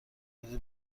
بده